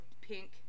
pink